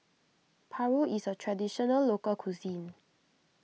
Paru is a Traditional Local Cuisine